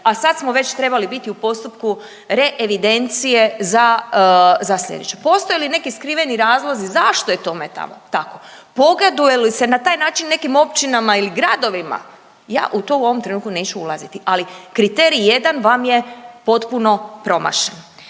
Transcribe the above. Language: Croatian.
a sad smo već trebali biti u postupku reevidencije za, za slijedeće. Postoje li neki skriveni razlozi zašto je tome tamo tako? Pogoduje li se na taj način nekim općinama ili gradovima? Ja u to u ovom trenutku neću ulaziti, ali kriterij 1 vam je potpuno promašen.